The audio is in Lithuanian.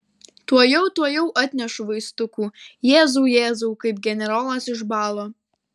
tuojau tuojau atnešu vaistukų jėzau jėzau kaip generolas išbalo